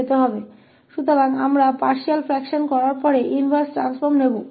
इसलिए हम इस आंशिक भिन्न को करने के बाद इनवर्स ट्रांसफॉर्म करेंगे